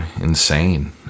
insane